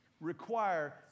require